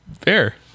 Fair